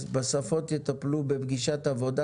אז בשפות יטפלו בפגישת עבודה,